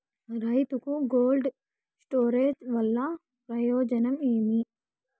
రైతుకు cold storage వల్ల ప్రయోజనం ఏమి?